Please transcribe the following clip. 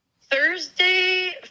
Thursday